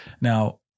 Now